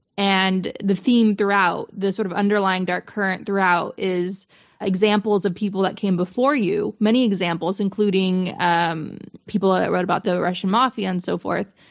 and the theme throughout, the sort of underlying dark current throughout is examples of people that came before you, many examples, including um people ah that wrote about the russian mafia and so forth,